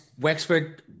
Wexford